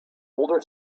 older